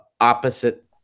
opposite